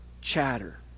chatter